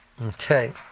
Okay